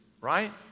right